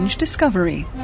discovery